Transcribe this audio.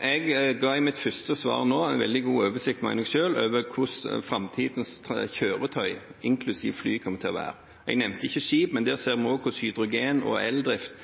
Jeg ga i mitt første svar en veldig god oversikt, mener jeg selv, over hvordan framtidens kjøretøy, inklusiv fly, kommer til å være. Jeg nevnte ikke skip, men der ser vi også hvordan hydrogen og eldrift